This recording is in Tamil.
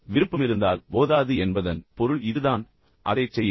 விருப்பமிருந்தால் போதாது என்பதன் பொருள் இதுதான் அதைச் செய்யுங்கள்